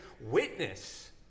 witness